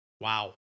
wow